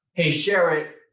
hey share it.